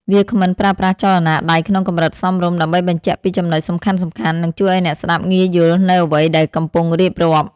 វាគ្មិនប្រើប្រាស់ចលនាដៃក្នុងកម្រិតសមរម្យ ដើម្បីបញ្ជាក់ពីចំណុចសំខាន់ៗ និងជួយឱ្យអ្នកស្ដាប់ងាយយល់នូវអ្វីដែលកំពុងរៀបរាប់។